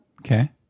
Okay